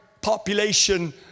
population